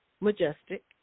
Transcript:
Majestic